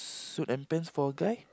suit and pants for a guy